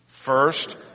First